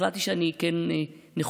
החלטתי שאני כן נכונה